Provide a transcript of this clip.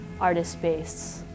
artist-based